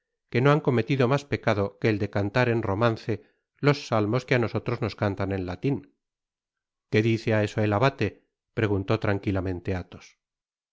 que no han cometido mas pecado que el de cantar en romance los salmos que á nosotros nos cantan en latin qué dice á eso el abate preguntó tranquilamente athos